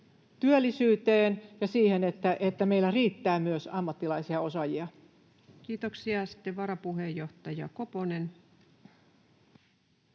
työllisyyteen ja siihen, että meillä riittää myös ammattilaisia ja osaajia? Kiitoksia. — Sitten varapuheenjohtaja Koponen.